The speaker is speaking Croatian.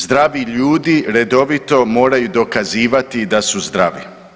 Zdravi ljudi redovito moraju dokazivati da su zdravi.